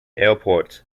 airport